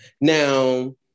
Now